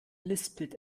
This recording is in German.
lispelt